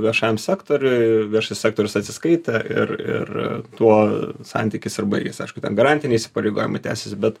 viešajam sektoriui viešasis sektorius atsiskaitė ir ir tuo santykis ir baigiasi aišku ten garantiniai įsipareigojimai tęsiasi bet